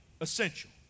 essential